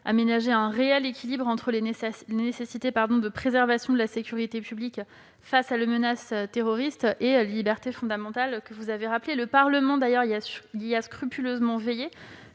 ménager un réel équilibre entre la nécessaire préservation de la sécurité publique face à la menace terroriste et les libertés fondamentales, que vous avez rappelées. Le Parlement y a d'ailleurs scrupuleusement veillé.